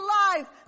life